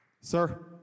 Sir